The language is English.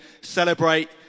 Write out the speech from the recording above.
celebrate